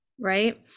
right